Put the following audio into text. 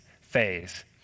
phase